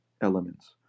Elements